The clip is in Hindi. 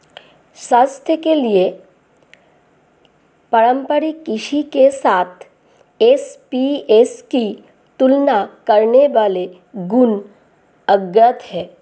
स्वास्थ्य के लिए पारंपरिक कृषि के साथ एसएपीएस की तुलना करने वाले गुण अज्ञात है